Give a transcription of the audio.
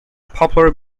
poplar